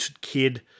kid